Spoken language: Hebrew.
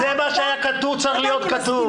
זה מה שהיה צריך להיות כתוב,